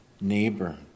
neighbor